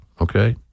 okay